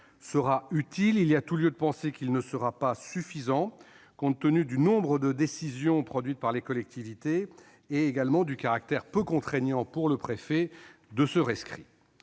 sera utile, il y a tout lieu de penser qu'il ne sera pas suffisant compte tenu du nombre de décisions prises par les collectivités et de son caractère peu contraignant pour le préfet. Il faut